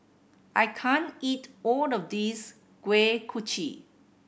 I can't eat all of this Kuih Kochi